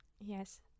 yes